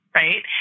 right